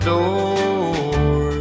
door